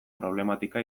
problematika